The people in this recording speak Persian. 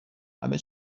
همه